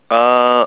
uh